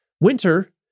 Winter